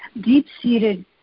deep-seated